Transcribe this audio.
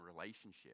relationship